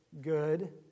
good